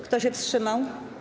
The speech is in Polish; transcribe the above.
Kto się wstrzymał?